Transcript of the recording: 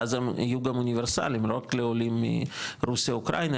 ואז הם יהיו גם אוניברסליים לא רק לעולים מרוסיה אוקראינה,